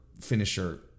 finisher